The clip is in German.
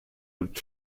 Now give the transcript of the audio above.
und